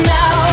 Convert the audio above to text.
now